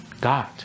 God